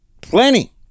Plenty